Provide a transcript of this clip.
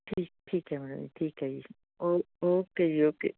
ਠੀ ਠੀਕ ਹੈ ਮੈਡਮ ਠੀਕ ਹੈ ਜੀ ਓ ਓਕੇ ਜੀ ਓਕੇ